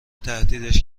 تهدیدش